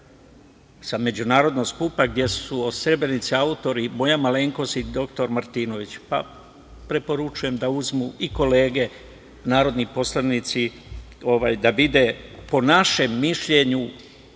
sa međunarodnog skupa gde su o Srebrenici autori moja malenkost i dr Martinović, pa preporučujem da uzmu i kolege narodni poslanici, da vide po našem mišljenju